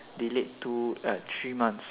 delayed two err three months